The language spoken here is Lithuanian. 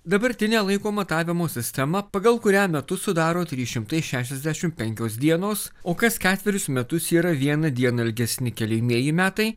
dabartinė laiko matavimo sistema pagal kurią metus sudaro trys šimtai šešiasdešim penkios dienos o kas ketverius metus yra viena diena ilgesni keliamieji metai